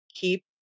keep